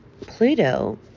Pluto